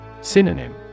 Synonym